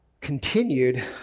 continued